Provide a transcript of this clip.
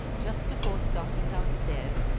just before starting downstairs,